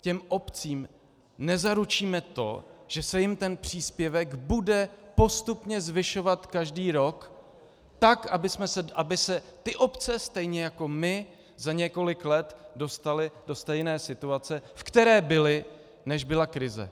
Těm obcím nezaručíme to, že se jim ten příspěvek bude postupně zvyšovat každý rok, tak aby se ty obce, stejně jako my, za několik let dostaly do stejné situace, ve které byly, než byla krize.